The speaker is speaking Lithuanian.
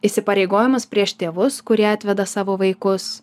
įsipareigojimas prieš tėvus kurie atveda savo vaikus